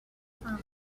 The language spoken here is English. from